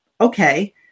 Okay